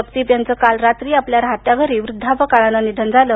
जगदीप यांचं काल रात्री आपल्या राहत्या घरी वृद्धापकाळानं निधन झालं